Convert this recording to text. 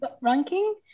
ranking